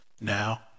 Now